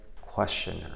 questioner